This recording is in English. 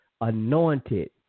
anointed